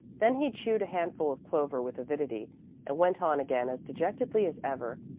then he chewed a handful of clover with avidity and went on again as dejectedly as ever.